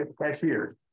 cashiers